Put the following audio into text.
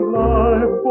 life